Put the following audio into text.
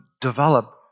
develop